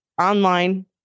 Online